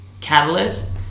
catalyst